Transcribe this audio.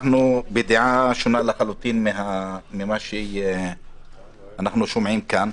אנחנו בדעה שונה לחלוטין ממה שאנחנו שומעים כאן.